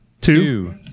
Two